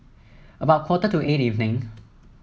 about quarter to eight evening